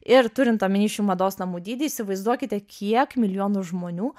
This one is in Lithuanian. ir turint omeny šių mados namų dydį įsivaizduokite kiek milijonų žmonių